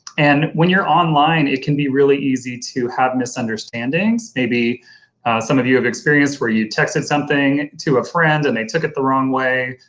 and when you're online it can be really easy to have misunderstandings. maybe some of you have experienced where you texted something to a friend and they took it the wrong way,